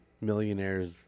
millionaires